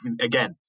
Again